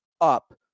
up